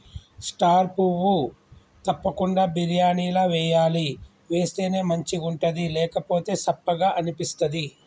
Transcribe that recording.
star పువ్వు తప్పకుండ బిర్యానీల వేయాలి వేస్తేనే మంచిగుంటది లేకపోతె సప్పగ అనిపిస్తది